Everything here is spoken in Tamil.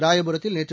ராயபுரத்தில் நேற்று